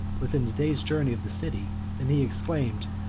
within a day's journey of the city, than he exclaimed,